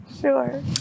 Sure